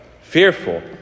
Fearful